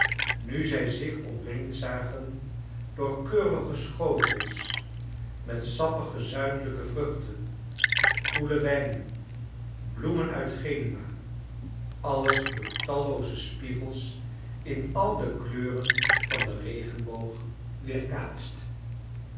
nu zij zich omringd zagen door keurige schotels met sappige zuidelijke vruchten koele wijnen bloemen uit genua alles door tallooze spiegels in al de kleuren van den regenboog weerkaatst